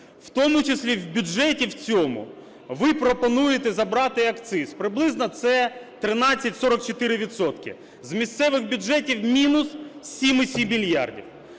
У тому числі в бюджеті цьому ви пропонуєте забрати акциз, приблизно це 13-44 відсотки. З місцевих бюджетів – мінус 7,7 мільярда.